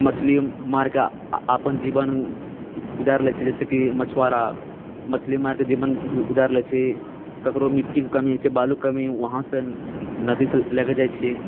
मछली मारिकऽ अपन जीवन गुजारि लै छै जैसेकि मछुआरा मछली मारि कऽ जीवन गुजारि लै छै ककरो मिट्टीके कमी होइत छै बालूके कमी वहाँसँ नदीसँ लएके जाइत छै